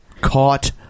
Caught